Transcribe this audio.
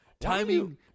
Timing